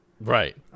right